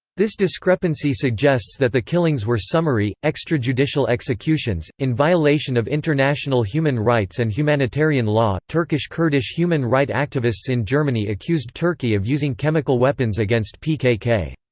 this discrepancy suggests that the killings were summary, extrajudicial executions, in violation of international human rights and humanitarian law turkish-kurdish human right activists in germany accused turkey of using chemical weapons against pkk.